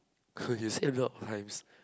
could you save a lot of times